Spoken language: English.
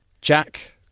Jack